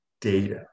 data